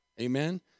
Amen